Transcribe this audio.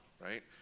right